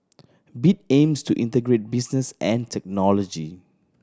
bit aims to integrate business and technology